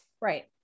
Right